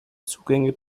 zugänge